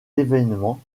événements